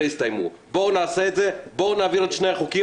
שלמה, די להיות פופוליסט.